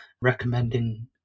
recommending